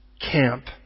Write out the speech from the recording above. camp